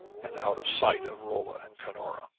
and out of sight of rolla and cunora.